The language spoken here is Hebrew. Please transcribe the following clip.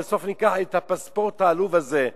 ובסוף ניקח את הפספורט העלוב הזה,